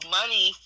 money